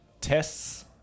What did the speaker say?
tests